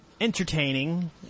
entertaining